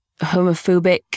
homophobic